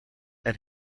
and